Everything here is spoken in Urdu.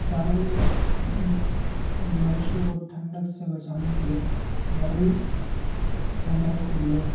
ادارے میں مویشوں کو ٹھنڈک سے بچانے کے لیے گرمی پہنچانے کے لیے